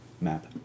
map